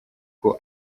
ngo